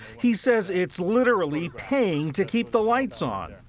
he says it's literally paying to keep the lights on.